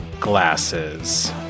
glasses